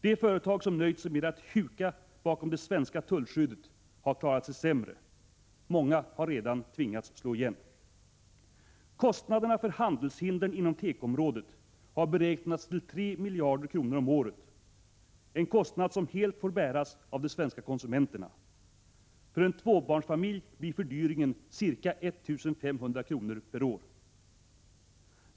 De företag som nöjt sig med att huka bakom det svenska tullskyddet har klarat sig sämre. Många har redan tvingats slå igen. Kostnaderna för handelshindren inom tekoområdet har beräknats till 3 miljarder kronor om året — en kostnad som helt får bäras av de svenska konsumenterna. För en tvåbarnsfamilj blir fördyringen ca 1 500 kr. per år.